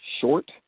short